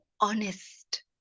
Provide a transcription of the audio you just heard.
honest